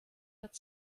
hat